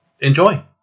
Enjoy